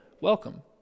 welcome